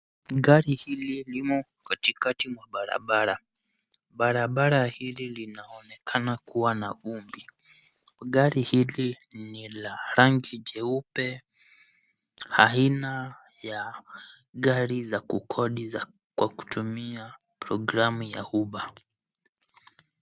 Gari hili limo katikati mwa barabara. Barabara hili linaonekana kuwa na vumbi. Gari hili ni la rangi jeupe, aina ya gari za kukodi kwa kutumia programu ya Uber.